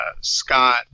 Scott